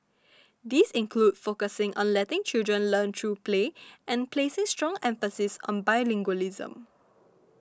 these include focusing on letting children learn through play and placing strong emphasis on bilingualism